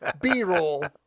B-roll